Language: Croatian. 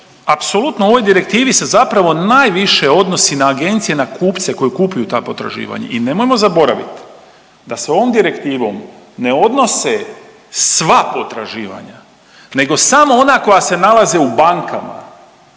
Apsolutno u ovoj direktivi se zapravo najviše odnosi na agencije, na kupce koji kupuju ta potraživanja i nemojmo zaboravit da se ovom direktivom ne odnose sva potraživanja nego samo ona koja se nalaze u bankama,